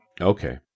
Okay